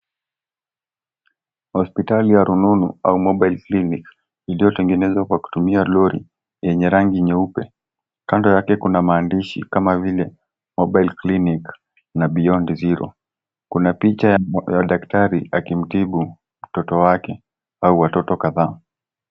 Hospitali ya rununu au mobile clinic iliyotengenezwa kwa kutumia lori yenye rangi nyeupe. Kando yake kuna maandishi kama vile mobile clinic na Beyond Zero . Kuna picha ya daktari akimtibu mtoto wake au watoto kadhaa.